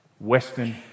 Western